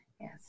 yes